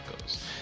goes